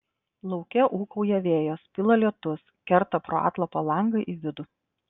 lauke ūkauja vėjas pila lietus kerta pro atlapą langą į vidų